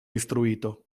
istruito